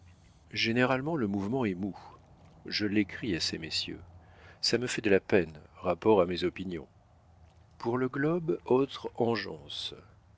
généralement le mouvement est mou je l'écris à ces messieurs ça me fait de la peine rapport à mes opinions pour le globe autre engeance